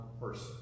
person